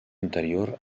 anterior